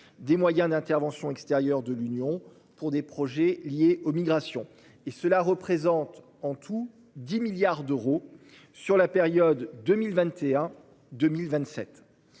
des moyens d'intervention extérieure de l'Union pour des projets liés aux migrations et cela représente en tout 10 milliards d'euros sur la période 2021 2027.